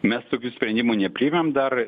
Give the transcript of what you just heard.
mes tokių sprendimų nepriėmėm dar